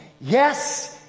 Yes